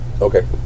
Okay